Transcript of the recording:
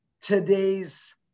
today's